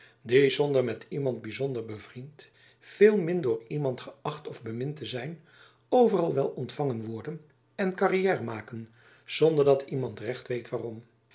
die zonder met iemand byzonder bevriend veel min door iemand geacht of bemind te zijn overal wel ontfangen worden en carrière maken zonder dat iemand recht weet waarom